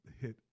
hit